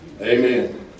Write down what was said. Amen